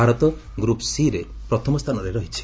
Bharat group ସି'ରେ ପ୍ରଥମ ସ୍ଥାନରେ ରହିଛି